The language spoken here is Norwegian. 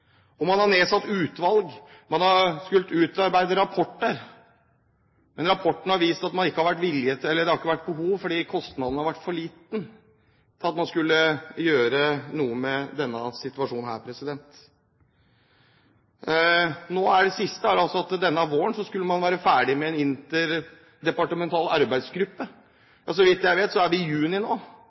Og man har nedsatt utvalg, man har skullet utarbeide rapporter, men rapportene har vist at det ikke har vært behov, fordi kostnaden har vært for liten til at man skulle gjøre noe med denne situasjonen. Det siste nå er altså at denne våren skulle man være ferdig med arbeidet i en interdepartemental arbeidsgruppe, og så vidt jeg vet er vi i juni nå.